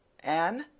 anne,